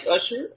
Usher